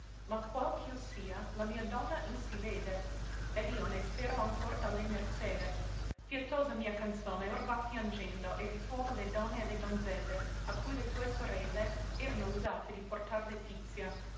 ma qual ch'io sia la mia donna il si vede ed io ne spero ancor da lei merzede pietosa mia canzone or va piangendo e ritruova le donne e le donzelle a cui le tue sorelle erano usate di portar letizia